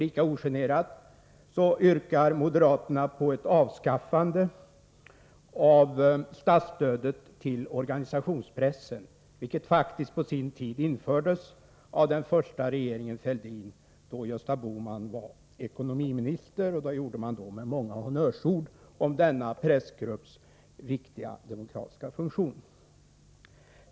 Lika ogenerat yrkar moderaterna på ett avskaffande av statsstödet till organisationspressen, vilket faktiskt på sin tid infördes av den första regeringen Fälldin — där Gösta Bohman var ekonomiminister — med många honnörsord om denna pressgrupps viktiga demokratiska funktion.